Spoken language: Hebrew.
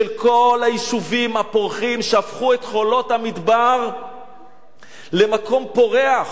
של כל היישובים הפורחים שהפכו את חולות המדבר למקום פורח.